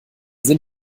sinn